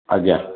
ଆଜ୍ଞା